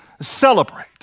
celebrate